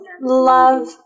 love